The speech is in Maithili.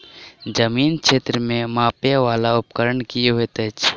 जमीन क्षेत्र केँ मापय वला उपकरण की होइत अछि?